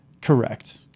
Correct